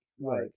Right